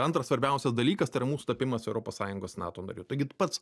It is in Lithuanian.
antras svarbiausias dalykas tai yra mūsų tapimas europos sąjungos nato nariu taigi pats